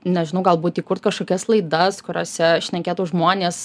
nežinau galbūt įkurt kažkokias laidas kuriose šnekėtų žmonės